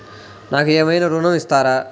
నాకు ఏమైనా ఋణం ఇస్తారా?